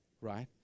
right